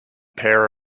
pair